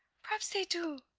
perhaps they do,